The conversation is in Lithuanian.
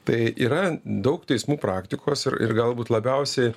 tai yra daug teismų praktikos ir ir galbūt labiausiai